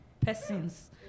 persons